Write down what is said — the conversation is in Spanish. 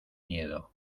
miedo